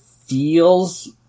feels